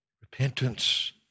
repentance